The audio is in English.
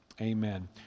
Amen